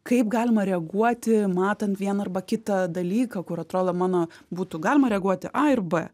kaip galima reaguoti matant vieną arba kitą dalyką kur atrodo mano būtų galima reaguoti a ir b